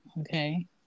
Okay